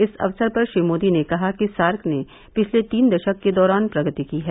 इस अवसर पर श्री मोदी ने कहा कि सार्क ने पिछले तीन दशक के दौरान प्रगति की है